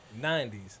90s